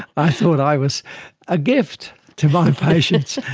i thought i was a gift to my patients,